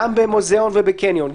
גם במוזיאון ובקניון,